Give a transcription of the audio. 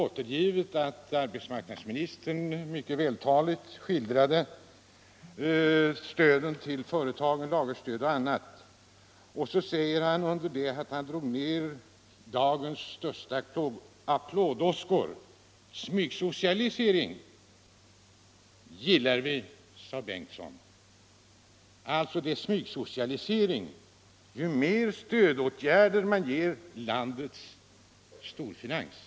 I tidningarna står att arbetsmarknadsministern mycket vältaligt skildrade det ekonomiska stödet till företagen, lagerstöd och annat. I ett referat heter det: ”Smygsocialisering gillar vi, sade Bengtsson och drog ner applådåskor.” Är det fråga om smygsocialisering när man ger stödåtgärder till landets storfinans?